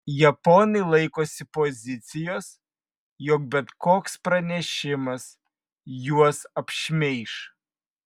japonai laikosi pozicijos jog bet koks pranešimas juos apšmeiš